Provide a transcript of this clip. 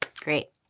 Great